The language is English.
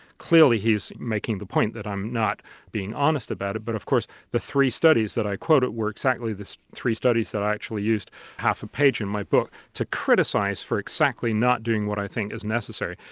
clearly he's making the point that i'm not being honest about it, but of course the three studies that i quoted were exactly the three studies that i actually used half a page in my book to criticise, for exactly not doing what i think is necessary.